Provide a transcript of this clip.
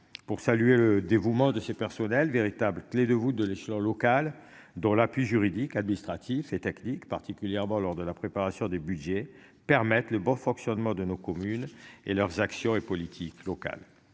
pour saluer le dévouement de ces personnels véritable clé de voûte de l'échelon local dont l'appui juridique, administratif et technique particulièrement lors de la préparation des Budgets permette le bon fonctionnement de nos communes et leurs actions et politique locale,